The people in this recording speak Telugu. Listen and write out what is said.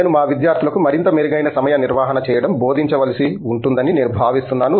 నేను మా విద్యార్థులకు మరింత మెరుగైన సమయ నిర్వహణ చేయడం బోధించవలసి ఉంటుందని నేను భావిస్తున్నాను